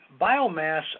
biomass